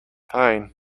fine